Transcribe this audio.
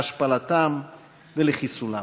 להשפלתם ולחיסולם.